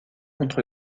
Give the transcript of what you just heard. contre